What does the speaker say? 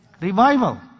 Revival